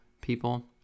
people